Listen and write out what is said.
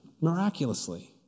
miraculously